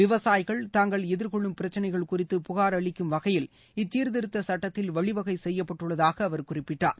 விவசாயிகள் தாங்கள் எதிர்கொள்ளும் பிரச்னைகள் குறித்து புகார் அளிக்கும் வகையில் இச்சீர்த்திருத்த சட்டத்தில் வழிவகை செய்யப்பட்டுள்ளதாக அவர் குறிப்பிட்டார்